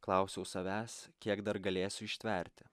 klausiau savęs kiek dar galėsiu ištverti